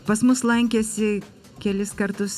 pas mus lankėsi kelis kartus